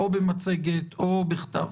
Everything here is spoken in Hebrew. או במצגת או בכתב.